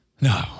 no